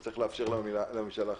וצריך לאפשר לממשלה חקיקה.